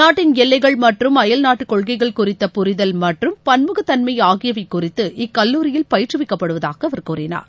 நாட்டின் எல்லைகள் மற்றும் அயல்நாட்டுக் கொள்கைகள் குறித்த புரிதல் மற்றும் பன்முகத் தன்மை ஆகியவை குறித்து இக்கல்லூரியில் பயிற்றுவிக்கப்படுவதாக அவர் கூறினார்